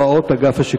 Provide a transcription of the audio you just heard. אין צורך.